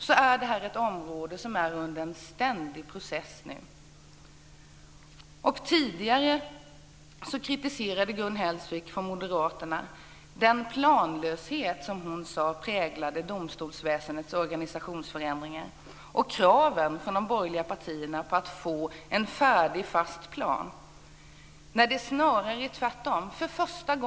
Det här är ett område som är under en ständig process. Tidigare kritiserade Gun Hellsvik från Moderaterna den planlöshet som hon sade präglade domstolsväsendets organisationsförändringar, och hon tog upp kraven från de borgerliga partierna på att få en färdig fast plan. Det är snarare tvärtom.